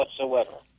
whatsoever